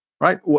right